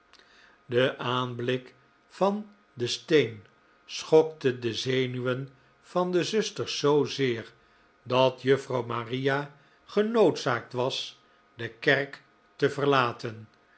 de aanblik van den steen schokte de zenuwen van de zusters zoo zeer dat juffrouw maria genoodzaakt was de kerk te verlaten